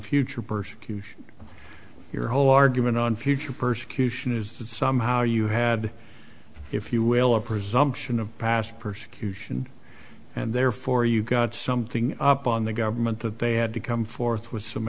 future persecution your whole argument on future persecution is that somehow you had if you will a presumption of past persecution and therefore you got something up on the government that they had to come forth with some